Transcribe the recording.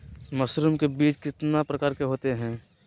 Mushroom का बीज कितने प्रकार के होते है?